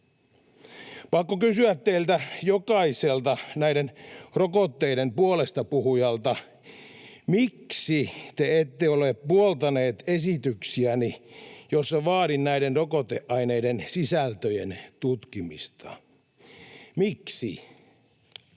Pakko kysyä teiltä jokaiselta näiden rokotteiden puolesta puhujalta: Miksi te ette ole puoltaneet esityksiäni, joissa vaadin näiden rokoteaineiden sisältöjen tutkimista? Miksi? Siis